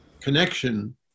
connection